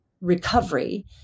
recovery